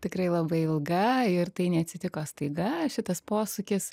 tikrai labai ilga ir tai neatsitiko staiga šitas posūkis